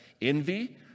envy